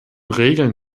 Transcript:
regeln